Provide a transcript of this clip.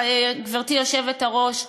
גברתי היושבת-ראש,